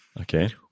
Okay